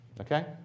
Okay